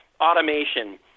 automation